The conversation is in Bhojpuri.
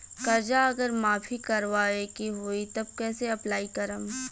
कर्जा अगर माफी करवावे के होई तब कैसे अप्लाई करम?